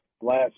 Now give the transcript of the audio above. last